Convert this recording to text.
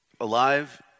alive